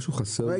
משהו חסר לי כאן.